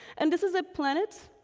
and this is a planet,